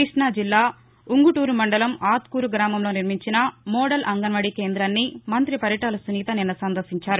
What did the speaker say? కృష్ణాజిల్లా ఉంగుటూరు మండలం ఆత్కూరు గ్రామంలో నిర్మించిన మోడల్ అంగన్వాది కేంద్రాన్ని మంత్రి పరిటాల సునీత నిన్న సందర్శించారు